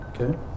Okay